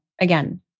again